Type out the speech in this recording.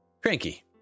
Cranky